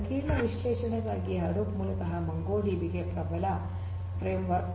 ಸಂಕೀರ್ಣ ವಿಶ್ಲೇಷಣೆಗಾಗಿ ಹಡೂಪ್ ಮೂಲತಃ ಮೊಂಗೊಡಿಬಿ ಗೆ ಪ್ರಬಲ ಫ್ರೇಮ್ ವರ್ಕ್